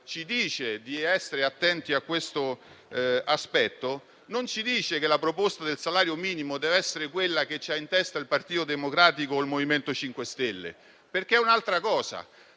ci dice di essere attenti a questo aspetto, non si dice che la proposta del salario minimo deve essere quella che ha in testa il Partito Democratico o il MoVimento 5 Stelle, perché è invece un'altra cosa.